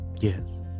Yes